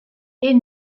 est